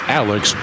alex